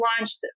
launched